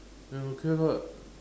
then okay [what]